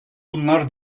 bunlar